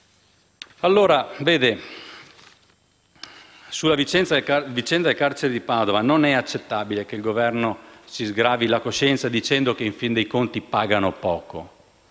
Allora, vede, sulla vicenda del carcere di Padova non è accettabile che il Governo si sgravi la coscienza dicendo che in fin dei conti pagano poco